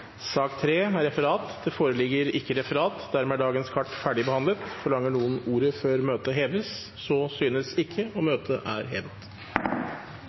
er sak nr. 2, den ordinære spørretimen, avsluttet. Det foreligger ikke noe referat. Dermed er dagens kart ferdigbehandlet. Forlanger noen ordet før møtet heves? – Møtet er hevet.